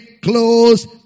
close